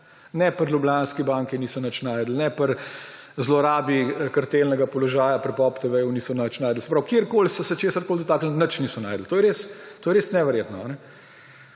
ne pri Ljubljanski banki niso nič našli, ne pri zlorabi kartelnega položaja pri POP TV niso nič našli. Se pravi, kjerkoli so se česarkoli dotaknili, nič niso našli. To je res neverjetno.